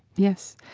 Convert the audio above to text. yes.